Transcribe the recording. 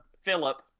Philip